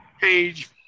page